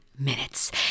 Minutes